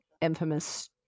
infamous